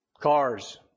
Cars